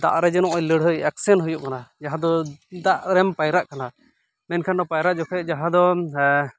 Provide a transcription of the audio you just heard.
ᱫᱟᱜ ᱨᱮ ᱱᱤᱭᱟ ᱡᱮ ᱞᱟᱹᱲᱦᱟᱹᱭ ᱮᱠᱥᱮᱱ ᱦᱩᱭᱩᱜ ᱠᱟᱱᱟ ᱡᱟᱦᱟᱸ ᱫᱚ ᱫᱟᱜᱨᱮᱢ ᱯᱟᱭᱨᱟᱜ ᱠᱟᱱᱟ ᱢᱮᱱᱠᱷᱟᱱ ᱱᱚᱣᱟ ᱯᱟᱭᱨᱟᱜ ᱡᱚᱠᱷᱚᱱ ᱡᱟᱦᱟᱸ ᱫᱚ